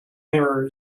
mirror